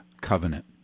Covenant